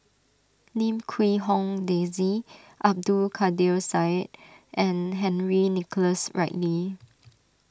Lim Quee Hong Daisy Abdul Kadir Syed and Henry Nicholas Ridley